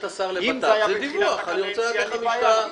אם זה היה בתחילת הקדנציה --- אני רוצה דיווח מן השר לביטחון פנים.